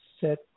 set